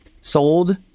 sold